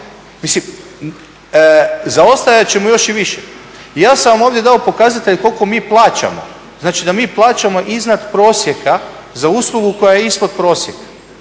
mislim zaostajat ćemo još i više. Ja sam vam ovdje dao pokazatelje koliko mi plaćamo. Znači da mi plaćamo iznad prosjeka za uslugu koja je ispod prosjeka.